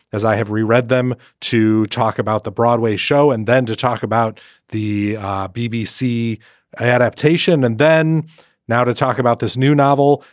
as i have read read them to talk about the broadway show and then to talk about the bbc adaptation and then now to talk about this new novel.